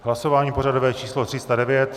Hlasování pořadové číslo 309.